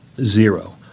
Zero